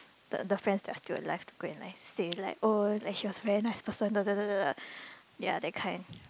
the the friends that are still alive to go and like say like oh she was very nice person da da da da ya that kind